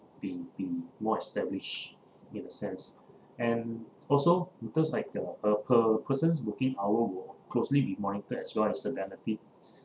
be be more established in a sense and also in terms like uh uh per~ persons working hour will closely be monitored as well as the benefit